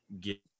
get